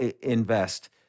invest